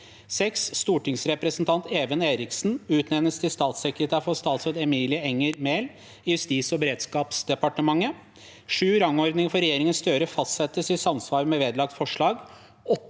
6. Stortingsrepresentant Even Eriksen utnevnes til statssekretær for statsråd Emilie Enger Mehl i Justisog beredskapsdepartementet. 7. Rangordningen for regjeringen Støre fastsettes i samsvar med vedlagte forslag.